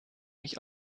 mich